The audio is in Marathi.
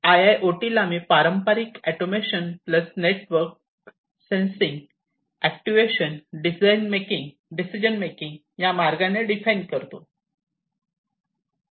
आयआयओटीला मी पारंपारिक automation plus network sensing actuation decision making या मार्गाने डिफाइन करतो